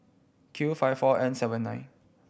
Q five four N seven nine